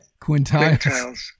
Quintiles